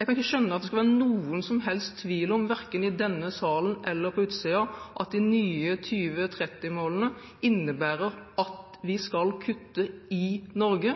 jeg kan ikke skjønne at det skal være noen som helst tvil om, verken i denne salen eller på utsiden, at de nye 2030-målene innebærer at vi skal kutte i Norge.